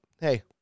hey